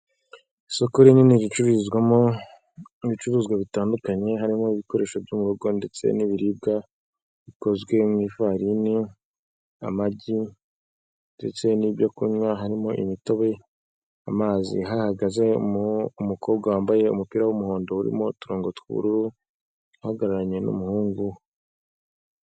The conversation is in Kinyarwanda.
Isoko rinini ricururizwamo ibicuruzwa bitandukanye harimo ibikoresho byo mu rugo ndetse n'ibiribwa bikozwe mu ifarini, amagi, ndetse n'ibyo kunywa harimo imitobe, amazi, hahagaze umukobwa wambaye umupira w'umuhondo urimo uturongo tw'ubururu uhagararanye n'umuhungu.